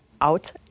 out